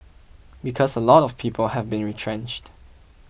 because a lot of people have been retrenched